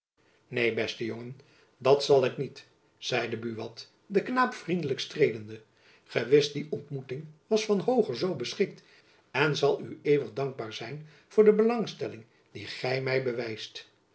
neen beste jongen dat zal ik niet zeide buat den knaap vriendelijk streelende gewis die ontmoeting was van hooger zoo beschikt en ik zal u eeuwig dankbaar zijn voor de belangstelling die gy my bewijst